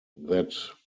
that